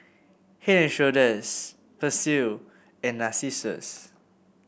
Head And Shoulders Persil and Narcissus